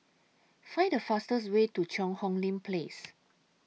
Find The fastest Way to Cheang Hong Lim Place